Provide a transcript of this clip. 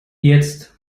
jetzt